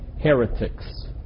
heretics